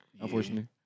Unfortunately